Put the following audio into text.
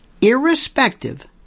irrespective